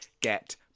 get